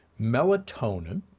Melatonin